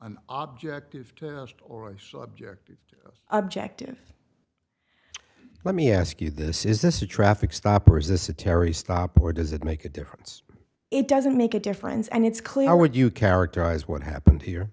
an object of or a subjective objective let me ask you this is this a traffic stop or is this a terry stop or does it make a difference it doesn't make a difference and it's clear would you characterize what happened here